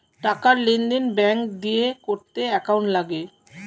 টাকার লেনদেন ব্যাঙ্ক দিয়ে করতে অ্যাকাউন্ট লাগে